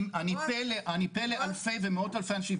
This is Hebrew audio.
אני פה לאלפי ולמאות אלפי אנשים.